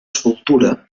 escultura